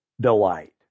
delight